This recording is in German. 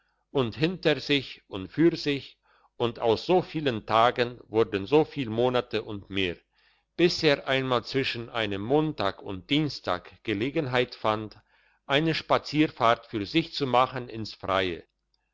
und hintersich und fürsich und aus so viel tagen wurden so viel monate und mehr bis er einmal zwischen einem montag und dienstag gelegenheit fand eine spazierfahrt für sich zu machen ins freie